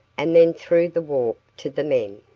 and then threw the warp to the men,